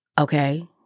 okay